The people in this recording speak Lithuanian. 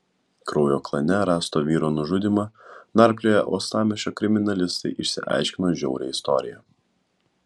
kraujo klane rasto vyro nužudymą narplioję uostamiesčio kriminalistai išsiaiškino žiaurią istoriją